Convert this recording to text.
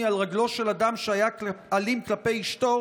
על רגלו של אדם שהיה אלים כלפי אשתו,